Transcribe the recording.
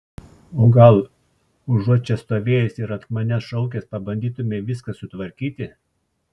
o gal užuot čia stovėjęs ir ant manęs šaukęs pabandytumei viską sutvarkyti